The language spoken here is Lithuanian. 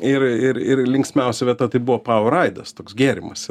ir ir ir linksmiausia vieta tai buvo pauer raidas toks gėrimas